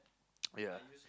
ya